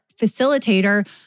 facilitator